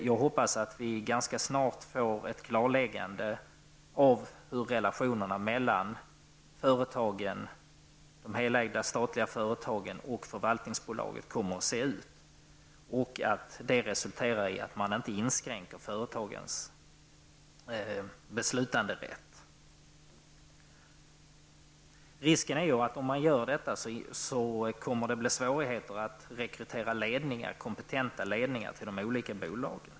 Jag hoppas att vi ganska snart får ett klarläggande av hur relationerna mellan de helägda statliga företagen och Förvaltningsbolaget kommer att se ut och att det resulterar i att man inte inskränker företagens beslutsrätt. Risken är att om beslutsrätten inskränks i de statliga bolagen kommer det att bli svårigheter att rekrytera kompetenta ledningar till de olika bolagen.